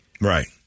Right